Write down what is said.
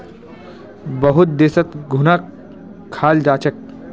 बहुत देशत घुनक खाल जा छेक